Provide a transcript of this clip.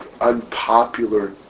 unpopular